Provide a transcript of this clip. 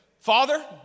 father